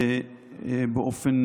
ובאופן